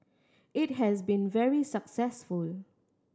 it has been very successful